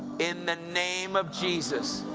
in the name of jesus.